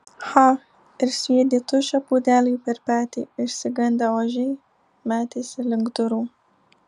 cha ir sviedė tuščią puodelį per petį išsigandę ožiai metėsi link durų